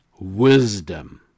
wisdom